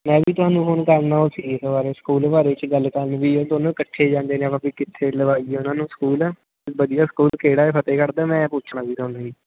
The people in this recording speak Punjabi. ਮੈਂ ਵੀ ਤੁਹਾਨੂੰ ਫੋਨ ਕਰਨਾ ਓ ਸੀ ਇਸ ਬਾਰੇ ਸਕੂਲ ਬਾਰੇ 'ਚ ਗੱਲ ਕਰ ਵੀ ਇਹ ਦੋਨੋਂ ਇਕੱਠੇ ਜਾਂਦੇ ਨੇ ਆਪਾਂ ਵੀ ਕਿੱਥੇ ਲਵਾਈਏ ਉਹਨਾਂ ਨੂੰ ਸਕੂਲ ਵਧੀਆ ਸਕੂਲ ਕਿਹੜਾ ਫਤਿਹਗੜ੍ਹ ਦਾ ਮੈਂ ਪੁੱਛਣਾ ਸੀ ਤਹਾਨੂੰ ਜੀ